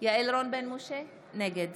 יעל רון בן משה, נגד